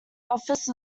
office